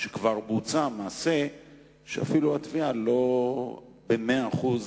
שכבר בוצע מעשה שאפילו התביעה לא במאה אחוז,